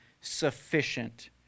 sufficient